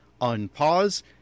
unpause